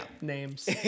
names